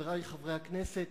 חברי חברי הכנסת,